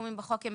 והסכומים בחוק הם